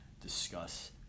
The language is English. discuss